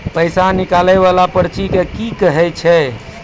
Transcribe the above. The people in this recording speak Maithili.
पैसा निकाले वाला पर्ची के की कहै छै?